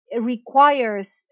requires